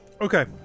Okay